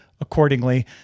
accordingly